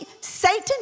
Satan